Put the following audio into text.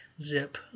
Zip